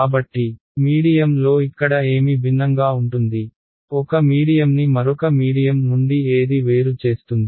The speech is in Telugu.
కాబట్టి మీడియం లో ఇక్కడ ఏమి భిన్నంగా ఉంటుంది ఒక మీడియంని మరొక మీడియం నుండి ఏది వేరు చేస్తుంది